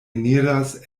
eniras